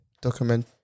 document